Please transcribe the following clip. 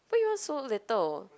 why you want so little